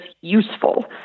useful